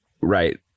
right